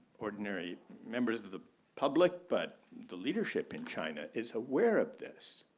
ordinary members of the public but the leadership in china is aware of this.